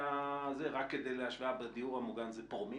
רק לצורך ההשוואה, בדיור המוגן זה פרומיל,